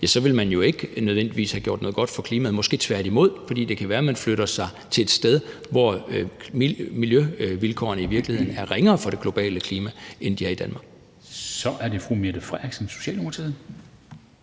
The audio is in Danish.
så vil man jo ikke nødvendigvis havde gjort noget godt for klimaet, måske tværtimod. For det kan være, man flytter til et sted, hvor miljøvilkårene i virkeligheden er ringere for det globale klima, end de er i Danmark. Kl. 14:15 Formanden (Henrik